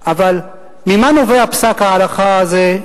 אבל ממה נובע פסק ההלכה הזה?